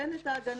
אין את ההגנה